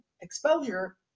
exposure